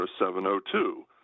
702